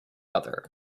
other